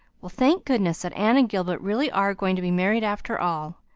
well, thank goodness that anne and gilbert really are going to be married after all.